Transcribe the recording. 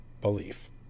belief